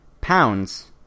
pounds